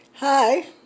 Hi